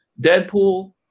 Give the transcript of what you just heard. Deadpool